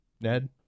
Ned